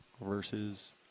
versus